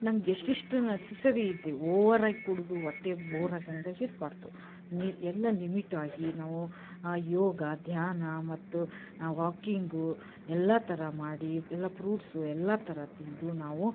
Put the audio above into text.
ನಮ್ಗೆ ಎಷ್ಟು ಎಷ್ಟು ನೆಸ್ಸಸರಿ ಇದೆ ಓವರಾಗಿ ಕುಡಿದು ಹೊಟ್ಟೆ ಬೋರು ಆದಂಗೆ ಇರಬಾರ್ದು ನೀರು ಎಲ್ಲ ಲಿಮಿಟಾಗಿ ನಾವು ಯೋಗ ಧ್ಯಾನ ಮತ್ತು ವಾಕಿಂಗು ಎಲ್ಲ ಥರ ಮಾಡಿ ಎಲ್ಲ ಪ್ರೂಟ್ಸು ಎಲ್ಲ ಥರ ತಿಂದು ನಾವು